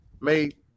made